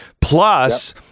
plus